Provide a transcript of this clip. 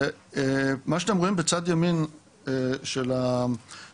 מה שאתם רואים בצד ימין של השקף,